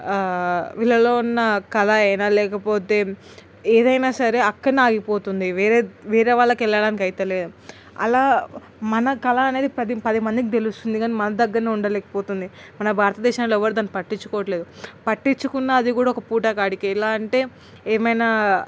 వీళ్ళల్లో ఉన్న కళ అయినా లేకపోతే ఏదైనా సరే అక్కడే ఆగిపోతుంది వేరే వేరే వాళ్ళకు వెళ్ళడానికి అయితే లేదు అలా మన కళ అనేది పది పదిమందికీ తెలుస్తుంది కానీ మన దగ్గరే ఉండలేక పోతుంది మన భారతదేశంలో ఎవరూ దాన్ని పట్టించుకోవట్లేదు పట్టించుకున్నా అది కూడా ఒక పూటకే ఎలా అంటే ఏమైనా